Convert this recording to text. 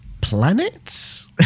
Planets